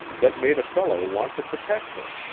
that made a fellow want to protect her.